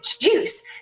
juice